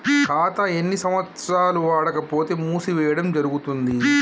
ఖాతా ఎన్ని సంవత్సరాలు వాడకపోతే మూసివేయడం జరుగుతుంది?